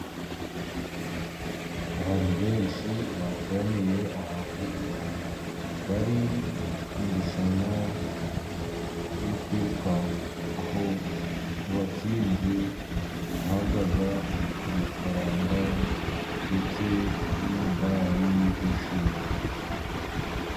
Abantu benshi bateraniye ahantu bari mu irushanwa ryo kwirukanka, aho uwatsinze ahabwa amafaranga ndetse n'umudari w'ishimwe.